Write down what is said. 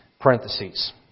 parentheses